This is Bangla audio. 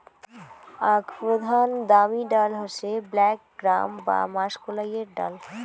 আক প্রধান দামি ডাল হসে ব্ল্যাক গ্রাম বা মাষকলাইর ডাল